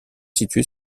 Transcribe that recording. situé